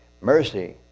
Mercy